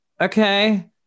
okay